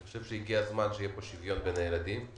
ואני חושב שהגיע הזמן שיהיה שוויון בין הילדים.